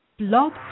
Blog